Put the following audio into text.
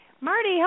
Marty